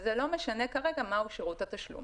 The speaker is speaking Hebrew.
וזה לא משנה כרגע מהו שירות התשלום.